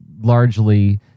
largely